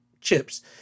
chips